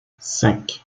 cinq